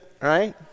right